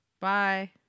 Bye